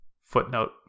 Footnote